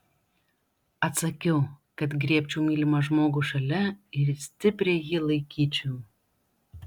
atsakiau kad griebčiau mylimą žmogų šalia ir stipriai jį laikyčiau